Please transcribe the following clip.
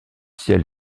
ciel